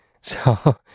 So-